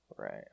Right